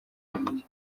ibiri